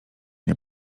nie